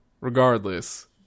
Regardless